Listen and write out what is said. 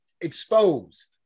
exposed